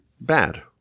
bad